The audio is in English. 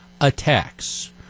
attacks